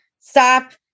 stop